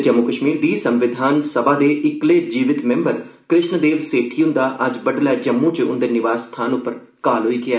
जम्मू कश्मीर दी संविधान सभा दे इक्कले जीवित मैम्बर कृष्ण देव सेठी हंदा अज्ज बड्डलै जम्मू च उंदे निवास स्थान पर काल होई गेआ